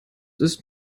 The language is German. ist